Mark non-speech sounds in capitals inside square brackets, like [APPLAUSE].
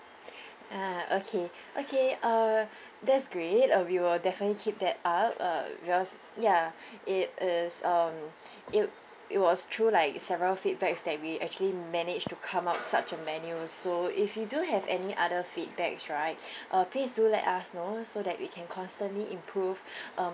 ah okay okay uh that's great uh we will definitely keep that up uh because ya it is um it it was through like several feedbacks that we actually managed to come out such a menu so if you do have any other feedbacks right [BREATH] uh please do let us know so that we can constantly improve [BREATH] um